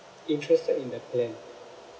interested in the plan